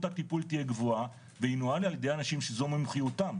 הטיפול תהיה גבוהה וינוהל על ידי אנשים שזו מומחיותם,